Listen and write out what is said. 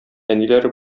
әниләре